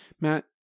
Matt